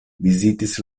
vizitis